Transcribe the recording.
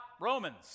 Romans